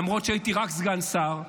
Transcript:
למרות שהייתי רק סגן שר,